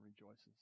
rejoices